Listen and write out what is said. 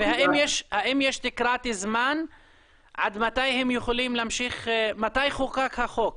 האם יש תקרת זמן מתי חוקק החוק?